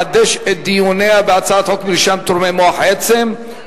לחדש את דיוניה בהצעת חוק מרשם תורמי מוח עצם,